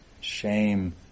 shame